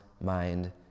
mind